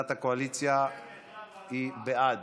עמדת הקואליציה היא בעד